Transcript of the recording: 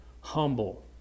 humble